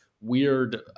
weird